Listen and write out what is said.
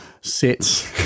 sits